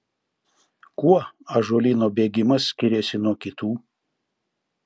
kuo ąžuolyno bėgimas skiriasi nuo kitų